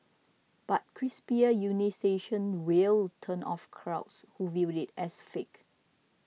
but crisper enunciation will turn off local crowds who view it as fake